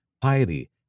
piety